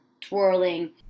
twirling